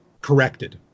corrected